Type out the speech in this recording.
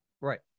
Right